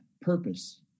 purpose